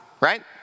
right